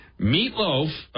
Meatloaf